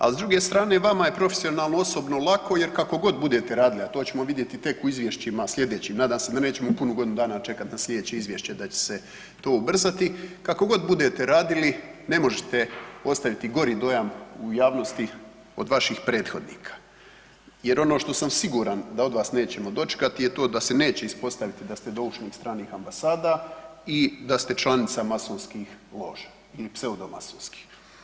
Ali s druge strane vama je profesionalno osobno lako jer kako god budete radili, a to ćemo vidjeti tek u izvješćima slijedećim nadam se da nećemo punu godinu dana čekati na slijedeće izvješće da će se to ubrzati, kako god budete radili ne možete ostaviti gori dojam u javnosti od vaših prethodnika jer ono što sam siguran da od vas nećemo dočekati je to da se neće ispostaviti da ste doušnik stranih ambasada i da ste članica masonskih loža ili pseudomasonskih.